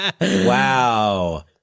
wow